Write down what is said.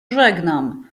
żegnam